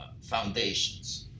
foundations